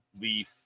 leaf